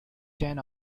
ten